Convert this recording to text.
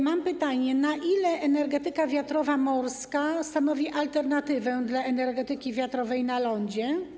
Mam pytanie: Na ile energetyka wiatrowa morska stanowi alternatywę dla energetyki wiatrowej na lądzie?